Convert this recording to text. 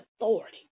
authority